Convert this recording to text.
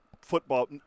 football